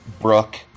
Brooke